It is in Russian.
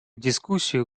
дискуссию